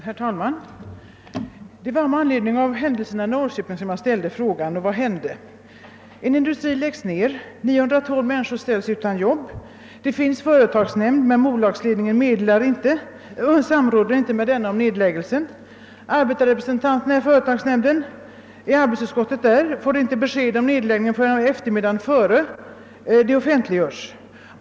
Herr talman! Jag framställde min fråga med anledning av händelserna i Norrköping. Vad är det då som hänt där? Jo, en industri har lagts ned. 912 människor ställs utan jobb. Det finns en företagsnämnd, men bolagsledningen samråder inte med denna om nedläggningen. Arbetarrepresentanterna i företagsnämndens arbetsutskott får inte besked om nedläggningen förrän på eftermiddagen dagen innan nedläggningsbeskedet offentliggörs.